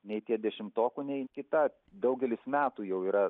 nei tie dešimtokų nei kita daugelis metų jau yra